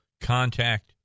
contact